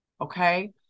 Okay